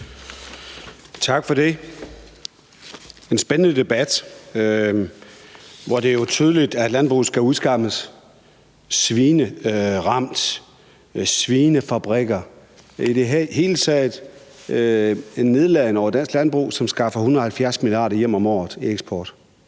Tak for det. Det er en spændende debat, hvor det jo er tydeligt, at landbruget skal udskammes: svineramt, svinefabrikker. I det hele taget var der en nedladende holdning til dansk landbrug, som skaffer 170 mia. kr. hjem om året i eksport.